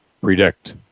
predict